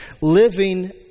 living